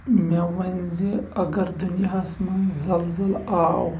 مے وٕنۍ زِ اگر دُنیاہس منز زلزَلہٕ آو